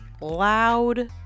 loud